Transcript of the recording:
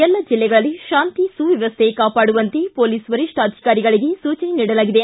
ಎಲ್ಲ ಜಿಲ್ಲೆಗಳಲ್ಲಿ ಶಾಂತಿ ಸುವ್ಹವಸ್ಥೆ ಕಾಪಾಡುವಂತೆ ಮೊಲೀಸ್ ವರಿಷ್ಠಾಧಿಕಾರಿಗಳಿಗೆ ಸೂಚನೆ ನೀಡಲಾಗಿದೆ